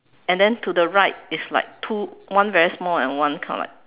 and then to the right is like two one very small and one kind of like